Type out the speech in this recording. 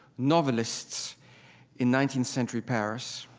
novelists in nineteenth century paris.